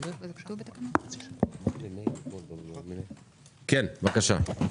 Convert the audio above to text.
כן, בבקשה.